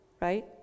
right